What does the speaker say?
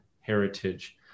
Heritage